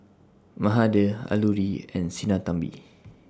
Mahade Alluri and Sinnathamby